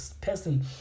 person